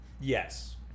yes